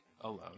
alone